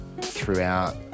throughout